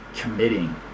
committing